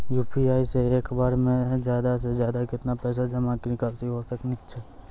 UPI से एक बार मे ज्यादा से ज्यादा केतना पैसा जमा निकासी हो सकनी हो?